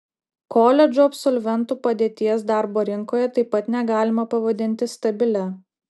koledžų absolventų padėties darbo rinkoje taip pat negalima pavadinti stabilia